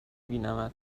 بینمت